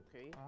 Okay